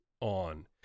on